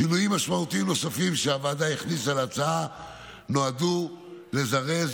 שינויים משמעותיים נוספים שהוועדה הכניסה להצעה נועדו לזרז